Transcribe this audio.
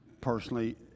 personally